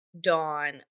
Dawn